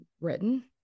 written